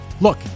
Look